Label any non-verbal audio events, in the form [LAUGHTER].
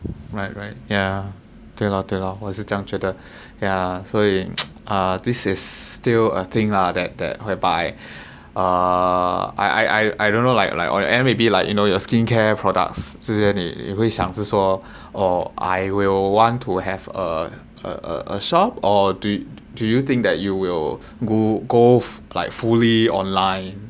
right right yeah 对 lor 对 lor 我也是这样觉得 yeah 所以 [NOISE] this is still a thing lah that that whereby by uh I I don't know like like and the end maybe like you know your skincare products 这些你会想是说 or I will want to have a a shop or do you think that you will go go like fully online